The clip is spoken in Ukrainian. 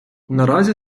наразі